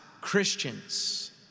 Christians